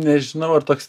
nežinau ar toks